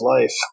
Life